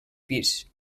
pis